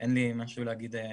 אין לי משהו להגיד מעבר.